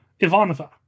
Ivanova